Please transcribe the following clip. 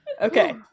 Okay